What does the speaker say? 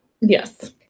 Yes